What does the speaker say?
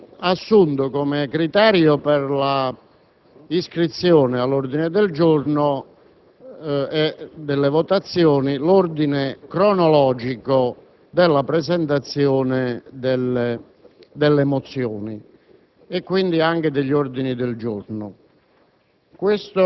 ha assunto come criterio per l'iscrizione all'ordine del giorno e per le votazioni l'ordine cronologico della presentazione delle mozioni e degli ordini del giorno.